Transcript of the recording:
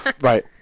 Right